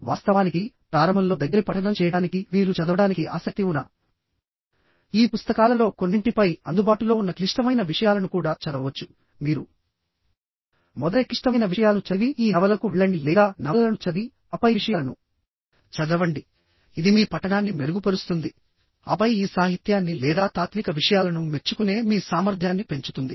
వాస్తవానికి ప్రారంభంలో దగ్గరి పఠనం చేయడానికి మీరు చదవడానికి ఆసక్తి ఉన్న ఈ పుస్తకాలలో కొన్నింటిపై అందుబాటులో ఉన్న క్లిష్టమైన విషయాలను కూడా చదవవచ్చు మీరు మొదట క్లిష్టమైన విషయాలను చదివి ఈ నవలలకు వెళ్లండి లేదా నవలలను చదివి ఆపై విషయాలను చదవండి ఇది మీ పఠనాన్ని మెరుగుపరుస్తుంది ఆపై ఈ సాహిత్యాన్ని లేదా తాత్విక విషయాలను మెచ్చుకునే మీ సామర్థ్యాన్ని పెంచుతుంది